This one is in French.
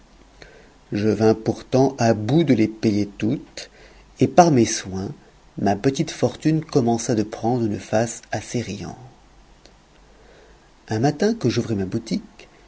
je vins pourtant à bout de les payer toutes et par mes soins ma petite fortune commença de prendre une face assez riante un matin que j'ouvrais ma boutique